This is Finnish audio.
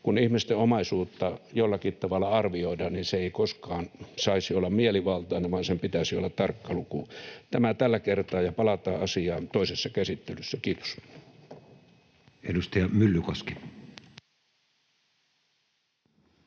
Kun ihmisten omaisuutta jollakin tavalla arvioidaan, niin se ei koskaan saisi olla mielivaltaista vaan sen pitäisi olla tarkka luku. — Tämä tällä kertaa, ja palataan asiaan toisessa käsittelyssä. — Kiitos. [Speech 129]